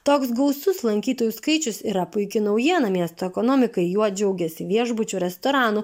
toks gausus lankytojų skaičius yra puiki naujiena miesto ekonomikai juo džiaugiasi viešbučių restoranų